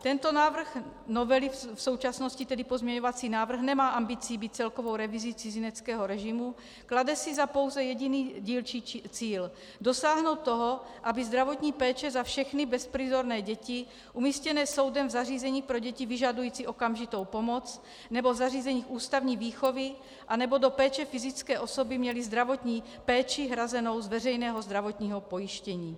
Tento návrh novely v současnosti, tedy pozměňovací návrh, nemá ambici být celkovou revizí cizineckého režimu, klade si pouze za jediný dílčí cíl dosáhnout toho, aby zdravotní péče za všechny bezprizorné děti umístěné soudem v zařízeních pro děti vyžadující okamžitou pomoc nebo v zařízeních ústavní výchovy anebo do péče fyzické osoby měly zdravotní péči hrazenou z veřejného zdravotního pojištění.